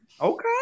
Okay